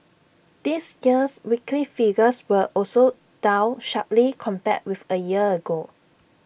this year's weekly figures were also down sharply compared with A year ago